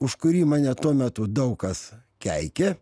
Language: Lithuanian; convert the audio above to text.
už kurį mane tuo metu daug kas keikė